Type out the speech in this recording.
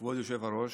היושב-ראש,